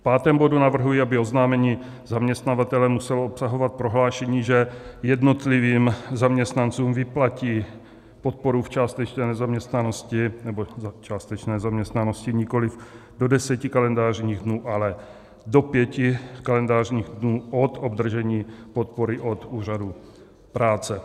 V pátém bodu navrhuji, aby oznámení zaměstnavatele muselo obsahovat prohlášení, že jednotlivým zaměstnancům vyplatí podporu v částečné nezaměstnanosti nebo částečné zaměstnanosti nikoliv do 10 kalendářních dnů, ale do 5 kalendářních dnů od obdržení podpory od úřadu práce.